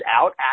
out